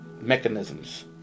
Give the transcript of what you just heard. mechanisms